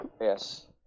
Yes